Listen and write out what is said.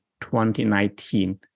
2019